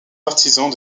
artisans